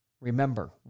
Remember